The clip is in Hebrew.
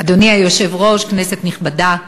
אדוני היושב-ראש, כנסת נכבדה,